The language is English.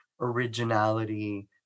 originality